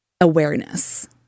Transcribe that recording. awareness